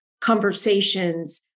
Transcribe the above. conversations